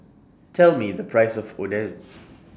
Tell Me The Price of Oden